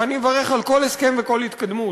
ואני מברך על כל הסכם וכל התקדמות,